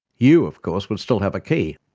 you of course would still have a key,